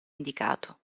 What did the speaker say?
indicato